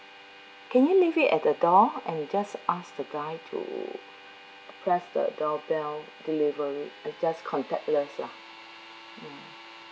can you leave it at the door and just ask the guy to press the doorbell deliver it just contactless lah mm